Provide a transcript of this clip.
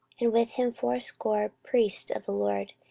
and with him fourscore priests of the lord,